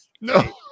No